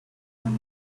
woman